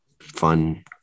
fun